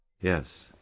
Yes